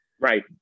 right